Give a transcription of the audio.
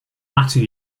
latter